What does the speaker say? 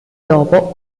dopo